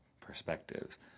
perspectives